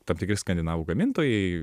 tam tikri skandinavų gamintojai